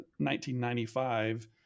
1995